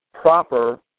proper